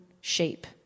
shape